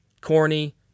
corny